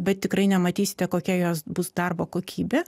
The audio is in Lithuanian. bet tikrai nematysite kokia jos bus darbo kokybė